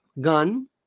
gun